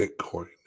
Bitcoin